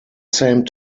same